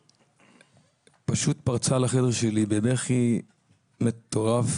שפשוט פרצה לחדר שלי בבכי מטורף,